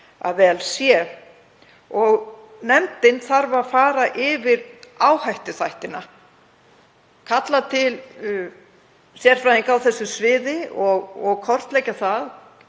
að vel sé. Nefndin þarf að fara yfir áhættuþættina, kalla til sérfræðinga á þessu sviði og kortleggja það